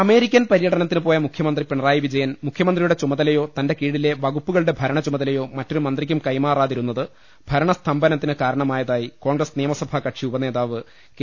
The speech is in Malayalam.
അമേരിക്കൻ പര്യടനത്തിന് പോയ മുഖ്യമന്ത്രി പിണറായി വി ജയൻ മുഖ്യമന്ത്രിയുടെ ചുമതലയോ തന്റെ കീഴിലെ വകുപ്പുക ളുടെ ഭരണചുമതലയോ മറ്റൊരു മന്ത്രിക്കും കൈമാറാതിരുന്നത് ഭരണസ്തംഭനത്തിന് കാരണമായതായി കോൺഗ്രസ് നിയമസഭാ കക്ഷി ഉപനേതാവ് കെ